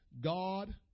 God